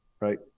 right